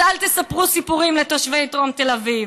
אז אל תספרו סיפורים לתושבי דרום תל אביב.